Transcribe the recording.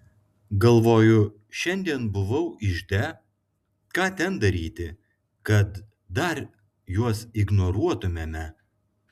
galvoju šiandien buvau ižde ką ten daryti kad dar juos ignoruotumėme